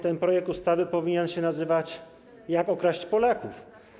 Ten projekt ustawy powinien się nazywać: jak okraść Polaków.